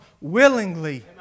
willingly